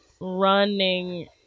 running